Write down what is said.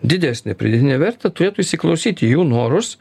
didesnę pridėtinę vertę turėtų įsiklausyti į jų norus